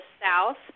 South